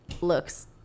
looks